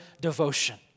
devotion